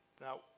Now